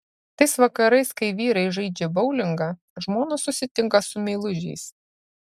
tais vakarais kai vyrai žaidžia boulingą žmonos susitinka su meilužiais